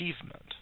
achievement